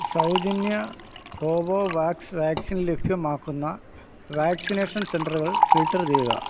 സൗജന്യ Covovax vaccine ലഭ്യമാക്കുന്ന vaccination സെൻററുകൾ ഫിൽട്ടർ ചെയ്യുക